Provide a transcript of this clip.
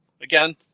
Again